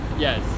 Yes